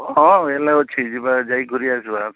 ହଁ ଏଲାଓ ଅଛି ଯିବା ଯାଇ ଘୁରି ଆସିବା